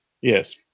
yes